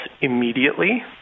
immediately